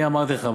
אני אמרתי לך,